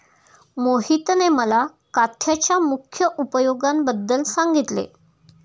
मोहितने मला काथ्याच्या मुख्य उपयोगांबद्दल सांगितले